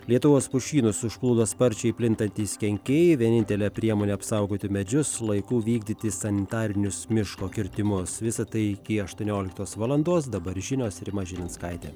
lietuvos pušynus užplūdo sparčiai plintantys kenkėjai vienintelė priemonė apsaugoti medžius laiku vykdyti sanitarinius miško kirtimus visa tai iki aštuonioliktos valandos dabar žinios rima žilinskaitė